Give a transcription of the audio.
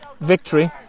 victory